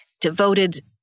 devoted